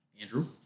Andrew